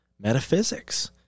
metaphysics